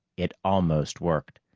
it almost worked.